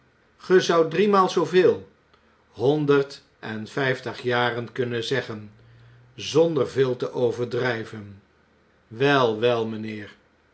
driemaal zooveel honderd en vfiftig jaren kunnen zeggen zonder veel te overdrijven wel wel